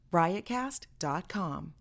riotcast.com